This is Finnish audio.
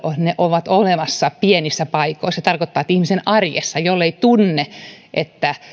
ne ovat olemassa pienissä paikoissa se tarkoittaa että jollei ihminen arjessa tunne että